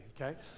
okay